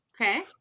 okay